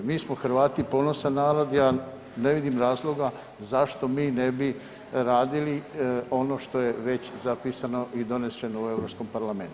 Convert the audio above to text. Mi smo Hrvati ponosan narod, ja ne vidim razloga zašto mi ne bi radili ono što je već zapisano i donešeno u Europskom parlamentu.